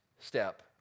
step